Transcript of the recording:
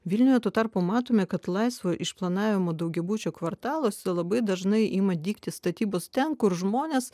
vilniuje tuo tarpu matome kad laisvo išplanavimo daugiabučių kvartaluose labai dažnai ima dygti statybos ten kur žmonės